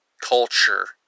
culture